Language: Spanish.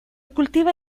cultiva